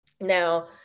Now